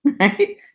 right